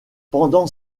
pendant